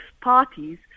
parties